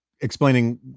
explaining